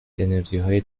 انرژیهای